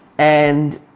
and